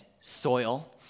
soil